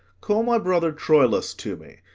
call my brother troilus to me,